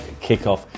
kickoff